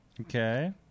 Okay